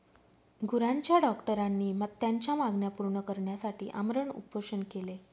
गुरांच्या डॉक्टरांनी त्यांच्या मागण्या पूर्ण करण्यासाठी आमरण उपोषण केले